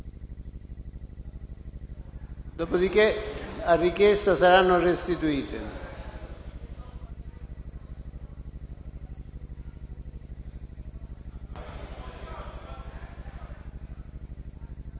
dopodiché a richiesta saranno restituite.